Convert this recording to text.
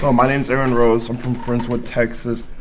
um my name's aaron rose. i'm from friendswood, texas.